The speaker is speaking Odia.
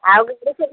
ଆଉ କେତେ